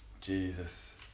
Jesus